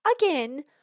Again